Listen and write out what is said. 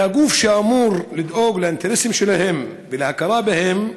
והגוף שאמור לדאוג לאינטרסים שלהם ולהכרה בהם